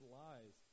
lies